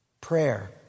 Prayer